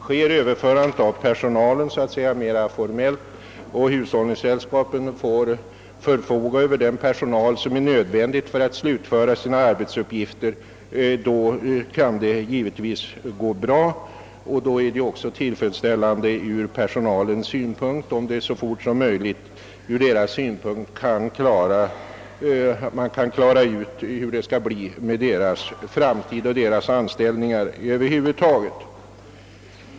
Sker överförandet av personalen så att säga mera formellt den 1 juli, så att hushållningssällskapen även därefter får förfoga över den personal som är nödvändig för att de skall kunna slutföra sina arbetsuppgifter, kan det givetvis gå bra. Det är ur personalens synpunkt önskvärt att man så fort som möjligt klarar ut hur det skall bli med deras framtida anställningsförhållanden.